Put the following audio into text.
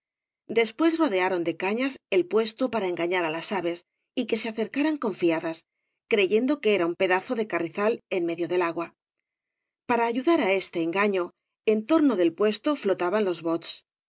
después rodearon de cañas el puesto para engafiar á las aves y que se acercaran confiadas creyendo que era un pedazo de carrizal en medio del agua para iyudar á este engaño en torno del puesto flotaban jos bots